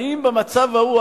האם במצב ההוא,